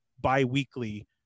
bi-weekly